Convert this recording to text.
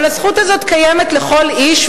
אבל הזכות הזאת קיימת לכל איש,